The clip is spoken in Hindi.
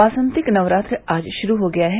वासंतिक नक्रात्र आज शुरू हो गया है